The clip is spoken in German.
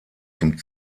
zum